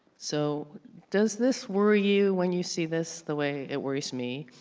so does this worry you when you see this the way it worries me?